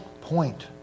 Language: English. point